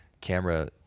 camera